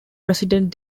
president